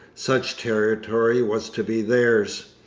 such territory was to be theirs.